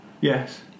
Yes